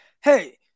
hey